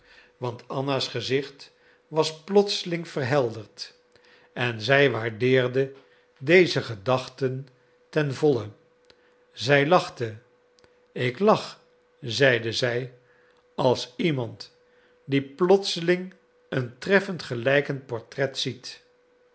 want anna's gezicht was plotseling verhelderd en zij waardeerde deze gedachten ten volle zij lachte ik lach zeide zij als iemand die plotseling een treffend gelijkend portret ziet